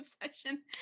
obsession